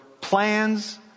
plans